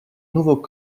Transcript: nouveau